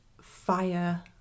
fire